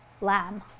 lamb